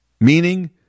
meaning